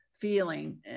feeling